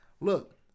Look